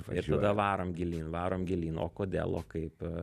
ir tada varom gilyn varom gilyn o kodėl o kaip